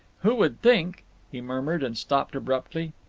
who would think he murmured, and stopped abruptly.